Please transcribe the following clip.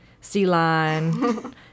Celine